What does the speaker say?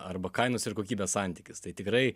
arba kainos ir kokybės santykis tai tikrai